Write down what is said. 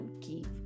keep